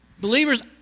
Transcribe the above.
Believers